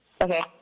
Okay